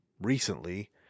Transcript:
recently